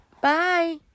Bye